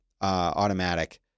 automatic